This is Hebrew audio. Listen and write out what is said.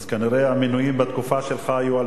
אז כנראה המינויים בתקופה שלך היו על